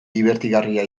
dibertigarria